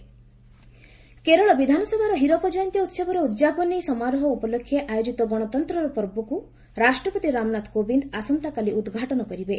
president Kerala Kerala ବିଧାନସଭାର ହୀରକ ଜୟନ୍ତୀ ଉତ୍ସବର ଉଦ୍ଯାପନୀ ସମାରୋହ ଉପଲକ୍ଷେ ଆୟୋଜିତ ଗଣତନ୍ତ୍ରର ପର୍ବକୁ ରାଷ୍ଟ୍ରପତି ରାମନାଥ କୋବିନ୍ଦ ଆସନ୍ତାକାଲି ଉଦ୍ଘାଟନ କରିବେ